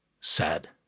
sad